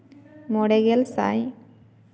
ᱢᱚᱬᱮᱜᱮᱞ ᱥᱟᱭ